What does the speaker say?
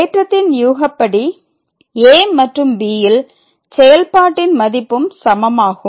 தேற்றத்தின் யூகப்படி a மற்றும் b ல் செயல்பாட்டின் மதிப்பும் சமமாகும்